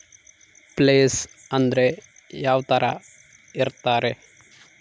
Place ಅಂದ್ರೆ ಯಾವ್ತರ ಇರ್ತಾರೆ?